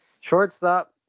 shortstop